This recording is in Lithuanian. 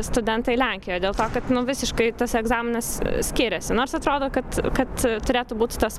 studentai lenkijoj dėl to kad nu visiškai tas egzaminas skiriasi nors atrodo kad kad turėtų būt tas